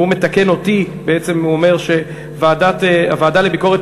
שמתקן אותי בעצם ואומר שהוועדה לביקורת